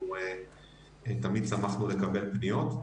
תמיד שמחנו לקבל פניות,